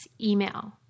email